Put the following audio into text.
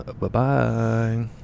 Bye-bye